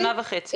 שנה וחצי.